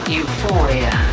Euphoria